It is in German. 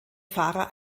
fahrer